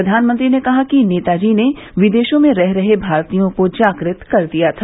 प्रधानमंत्री ने कहा कि नेताजी ने विदेशों में रह रहे भारतीयों को जागृत कर दिया था